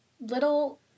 little